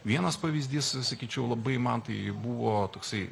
vienas pavyzdys sakyčiau labai man tai buvo toksai